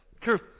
True